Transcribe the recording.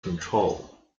control